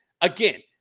again